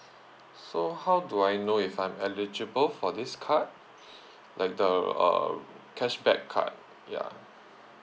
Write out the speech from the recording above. so how do I know if I'm eligible for this card like the uh cashback card ya